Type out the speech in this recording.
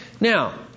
Now